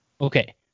Okay